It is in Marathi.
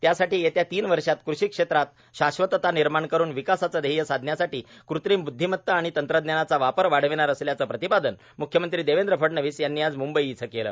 त्यासाठी येत्या तीन वर्षात कृषी क्षेत्रात शाश्वतता निर्माण करून विकासाचे ध्येय साधण्यासाठी कृत्रिम ब्द्वीमत्ता आणि तंत्रज्ञानाचा वापर वाढविणार असल्याचं प्रतिपादन म्ख्यमंत्री देवेंद्र फडणवीस यांनी आज म्ंबई इथं केलं